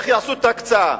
איך יעשו את ההקצאה,